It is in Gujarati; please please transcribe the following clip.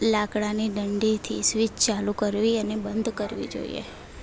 લાકડાની ડંડીથી સ્વિચ ચાલું કરવી અને બંધ કરવી જોઈએ